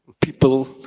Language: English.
people